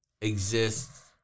exists